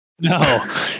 No